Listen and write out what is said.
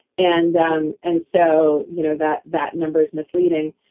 and um and so, you know that that number is misleading.